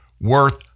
worth